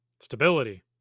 Stability